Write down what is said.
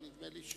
אבל נדמה לי,